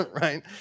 right